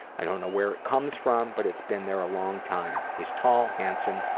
i don't know where it comes from, but it's been there a long time. he's tall, handsome,